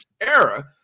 era